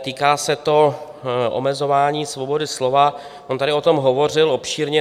Týká se to omezování svobody slova, on tady o tom hovořil obšírně.